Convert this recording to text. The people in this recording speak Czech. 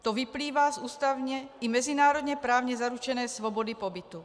To vyplývá z ústavně i mezinárodněprávně zaručené svobody pobytu.